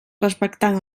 respectant